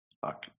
Fuck